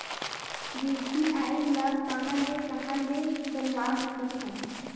UPI ल कहां ले कहां ले बनवा सकत हन?